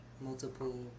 multiple